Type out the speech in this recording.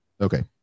Okay